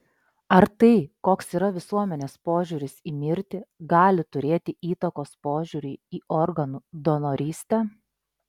ar tai koks yra visuomenės požiūris į mirtį gali turėti įtakos požiūriui į organų donorystę